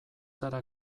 zara